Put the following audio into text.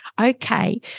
Okay